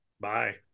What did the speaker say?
bye